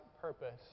purpose